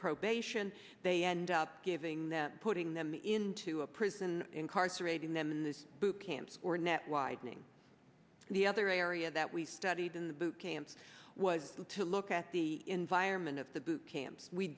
probation they end up giving them putting them into a prison incarcerating them in the boot camps or net widening the other area that we studied in the boot camps was to look at the environment of the boot camps we